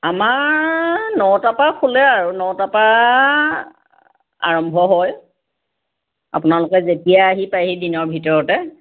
আমাৰ দহটাৰ পৰা খোলে আৰু নটা পৰা আৰম্ভ হয় আপোনালোকে যেতিয়াই আহে দিনৰ ভিতৰতে